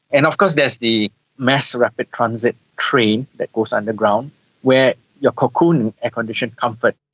and of course there's the mass rapid transit train that goes underground where you are cocooned in air-conditioned comfort.